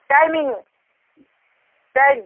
timing time